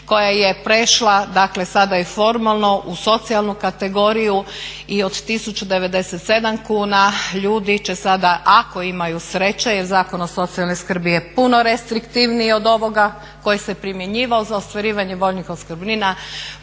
koja je prešla dakle sada i formalno u socijalnu kategoriju i od 1097 kuna ljudi će sada ako imaju sreće jer Zakon o socijalnoj skrbi je puno restriktivniji od ovoga koji se primjenjivao za ostvarivanje vojnih opskrbnina